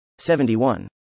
71